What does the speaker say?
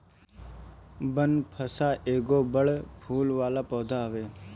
बनफशा एगो बड़ फूल वाला पौधा हवे